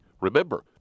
remember